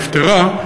נפטרה,